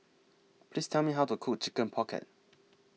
Please Tell Me How to Cook Chicken Pocket